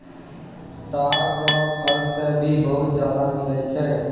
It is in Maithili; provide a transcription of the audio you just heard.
ताड़ रो फल से भी बहुत ज्यादा मिलै छै